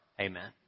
Amen